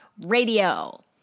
Radio